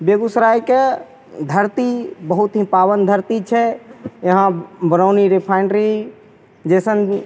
बेगूसरायके धरती बहुत ही पावन धरती छै यहाँ बरौनी रिफाइनरी जइसन